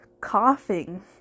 coughing